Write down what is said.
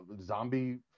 zombie